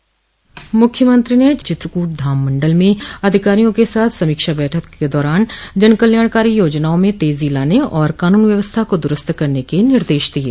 मुख्यमंत्री ने चित्रकूट धाम मंडल में अधिकारियों के साथ समीक्षा बैठक के दौरान जनकल्याणकारी योजनाओं में तेजी लाने और कानून व्यवस्था को दुरूस्त करने के निर्देश दिये